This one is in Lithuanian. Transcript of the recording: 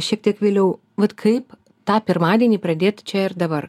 šiek tiek vėliau vat kaip tą pirmadienį pradėt čia ir dabar